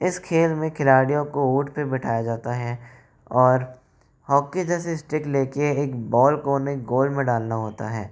इस खेल में खिलाड़ियों को ऊंट पे बिठाया जाता है और हॉकी जैसी स्टिक लेके एक बॉल को उन्हें गोल में डालना होता है